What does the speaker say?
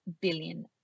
billion